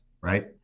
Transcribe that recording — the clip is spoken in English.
right